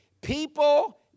people